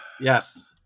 Yes